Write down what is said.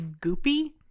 goopy